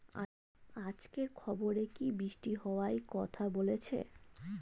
আজকের খবরে কি বৃষ্টি হওয়ায় কথা বলেছে?